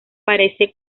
parece